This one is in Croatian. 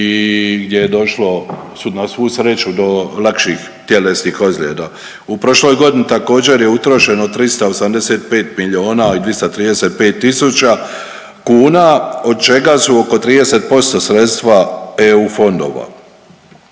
gdje je došlo na svu sreću do lakših tjelesnih ozljeda. U prošloj godini također je utrošeno 385 milijuna i 235 tisuća kuna od čega su oko 30% sredstva eu fondova.